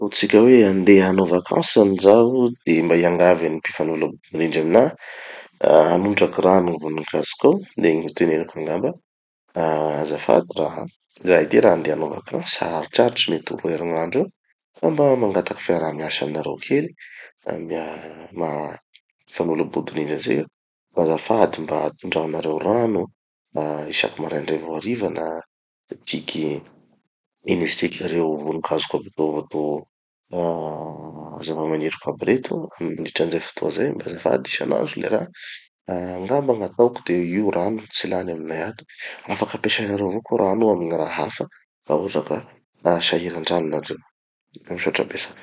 Ataotsika hoe handeha hanao vakansy zany zaho de mba hiangavy an'i mpifanila vodorindry aminaha hanondraky rano gny vonikazoko. De gny hoteneniko angamba: ah azafady ra! Zahay ty ra handeha hanao vakansy, haharitraritry mety ho roa herignandro eo, ka mba mangataky fiaraha-miasa aminareo kely, fa mia- ma- maha fagnilabodorindry atsika, azafady mba tondrahonareo rano ah isaky maraindray vo hariva na tiky ino izy tiky, reo vonikazoko aby reo toa, zava-maniriko aby reto mandritra anizay fotoa zay. Mba azafady isanandro le raha. Angamba gn'ataoko de io rano tsy lany aminay ato. Afaky ampesainareo avao koa rano io amy gny raha hafa ra hotraka sahirandrano nareo. Misaotra betsaky!